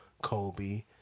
Kobe